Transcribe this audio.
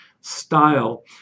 style